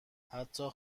حتی